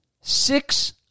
Six